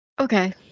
Okay